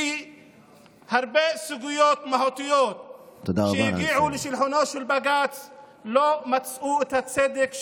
כי הרבה סוגיות מהותיות שהגיעו לשולחנו של בג"ץ לא מצאו את הצדק שם.